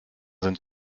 sind